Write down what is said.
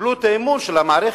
וקיבלו את אמון המערכת.